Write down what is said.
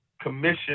commission